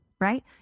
right